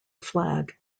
flag